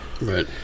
Right